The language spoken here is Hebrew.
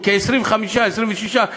כתבי-האישום שהוגשו,